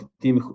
team